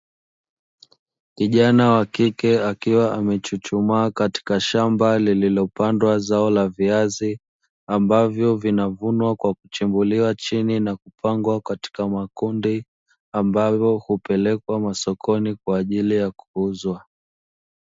Kijana wa kike akiwa amechuchumaa katika shamba lililopandwa zao la viazi, ambavyo vinavunwa kwa kuchimbuliwa chini na kupangwa katika makundi, ambavyo hupelekwa masokoni kwa ajili ya kuuzwa.